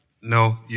No